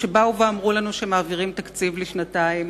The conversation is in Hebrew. כשבאו ואמרו לנו שמעבירים תקציב לשנתיים.